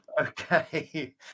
okay